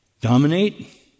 Dominate